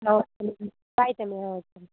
ஆ okay தம்பி ம் bye தம்பி ஆ ஓகே